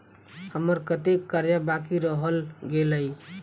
हम्मर कत्तेक कर्जा बाकी रहल गेलइ?